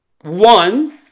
One